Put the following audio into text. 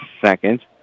second